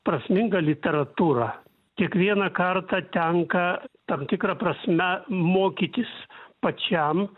prasmingą literatūrą kiekvieną kartą tenka tam tikra prasme mokytis pačiam